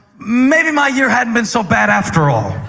maybe my year hasn't been so bad after all.